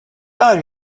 are